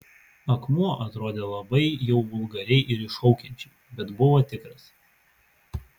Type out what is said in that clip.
akmuo atrodė labai jau vulgariai ir iššaukiančiai bet buvo tikras